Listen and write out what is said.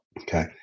Okay